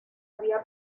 había